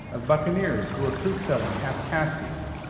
of buccaneers who were fruit-selling half-castes,